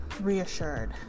reassured